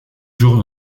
jours